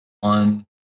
one